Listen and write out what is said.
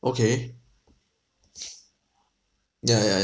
okay ya ya yeah